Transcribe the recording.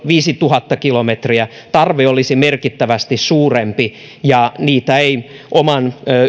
viisituhatta kilometriä tarve olisi merkittävästi suurempi ja niitä ei oman